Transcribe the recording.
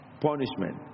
punishment